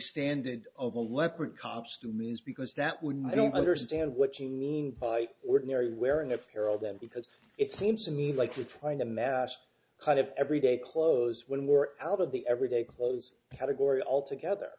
standard of a leopard cops to me is because that would mean i don't understand what you mean by ordinary wearing a pair of them because it seems to me like you're trying to mash kind of everyday clothes when we're out of the everyday clothes had a gory all together